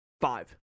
Five